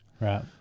right